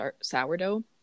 sourdough